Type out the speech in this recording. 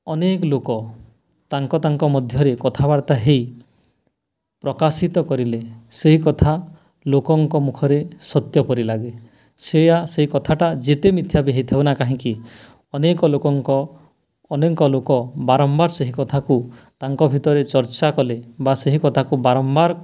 ଅନେକ ଲୋକ ତାଙ୍କ ତାଙ୍କ ମଧ୍ୟରେ କଥାବାର୍ତ୍ତା ହେଇ ପ୍ରକାଶିତ କରିଲେ ସେହି କଥା ଲୋକଙ୍କ ମୁଖରେ ସତ୍ୟ ପରି ଲାଗେ ସେୟା ସେଇ କଥାଟା ଯେତେ ମିଥ୍ୟା ବି ହେଇଥାଉନା କାହିଁକି ଅନେକ ଲୋକଙ୍କ ଅନେକ ଲୋକ ବାରମ୍ବାର ସେହି କଥାକୁ ତାଙ୍କ ଭିତରେ ଚର୍ଚ୍ଚା କଲେ ବା ସେହି କଥାକୁ ବାରମ୍ବାର